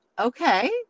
okay